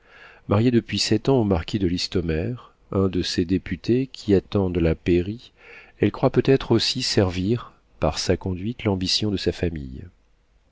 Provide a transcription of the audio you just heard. mariée depuis sept ans au marquis de listomère un de ces députés qui attendent la pairie elle croit peut-être aussi servir par sa conduite l'ambition de sa famille